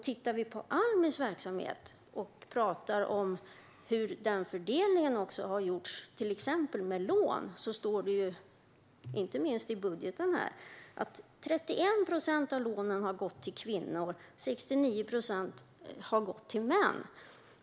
Tittar vi på Almis verksamhet och talar om hur fördelningen har gjorts till exempel med lån står det inte minst i budgeten att 31 procent av lånen har gått till kvinnor och 69 procent har gått till män.